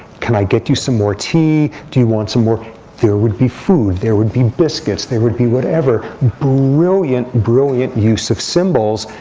can i get you some more tea? do you want some more there would be food. there would be biscuits. there would would be whatever brilliant, brilliant use of symbols.